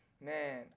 man